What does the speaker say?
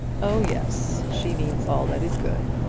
oh yes she means all that is good.